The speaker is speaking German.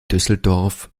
düsseldorf